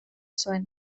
zuen